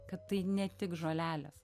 kad tai ne tik žolelės